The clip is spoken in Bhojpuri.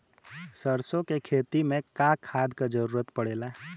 सरसो के खेती में का खाद क जरूरत पड़ेला?